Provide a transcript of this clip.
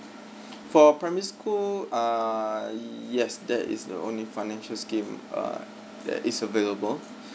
for primary school err yes that is the only financial scheme err that is available